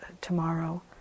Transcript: tomorrow